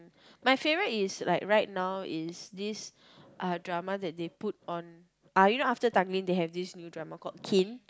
my favourite is like right now is this uh drama that they put on ah you know after Tanglin they have this new drama called Kin